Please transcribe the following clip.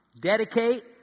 Dedicate